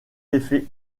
effet